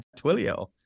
Twilio